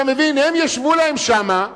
אתה מבין, הם ישבו להם שם,